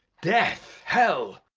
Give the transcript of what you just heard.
death! hell!